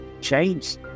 change